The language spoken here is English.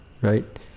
right